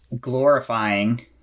glorifying